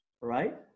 Right